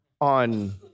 on